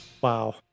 Wow